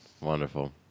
Wonderful